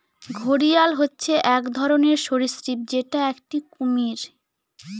ঘড়িয়াল হচ্ছে এক ধরনের সরীসৃপ যেটা একটি কুমির